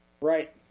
Right